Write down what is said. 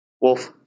wolf